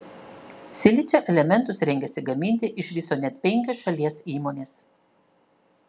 silicio elementus rengiasi gaminti iš viso net penkios šalies įmonės